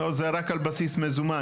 לא, זה רק על בסיס מזומן.